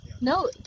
No